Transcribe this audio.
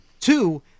Two